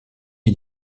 est